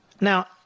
Now